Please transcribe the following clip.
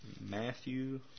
Matthew